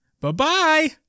Bye-bye